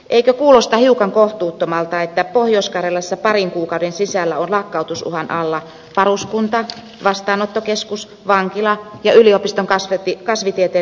eikö kuulosta hiukan kohtuuttomalta että pohjois karjalassa parin kuukauden sisällä on lakkautusuhan alla varuskunta vastaanottokeskus vankila ja yliopiston kasvitieteellinen puutarha